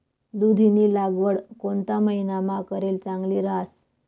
दुधीनी लागवड कोणता महिनामा करेल चांगली रहास